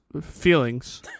feelings